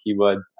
keywords